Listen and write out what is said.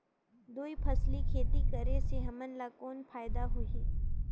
दुई फसली खेती करे से हमन ला कौन फायदा होही?